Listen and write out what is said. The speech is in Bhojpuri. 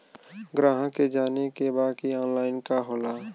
ग्राहक के जाने के बा की ऑनलाइन का होला?